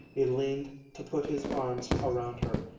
he leaned to put his arms around her,